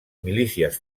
milícies